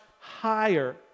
higher